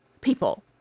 people